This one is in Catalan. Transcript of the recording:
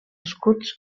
escuts